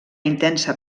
intensa